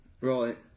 Right